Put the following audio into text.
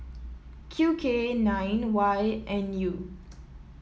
Q K nine Y N U